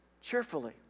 cheerfully